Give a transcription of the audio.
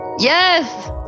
yes